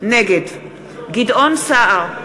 נגד גדעון סער,